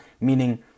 meaning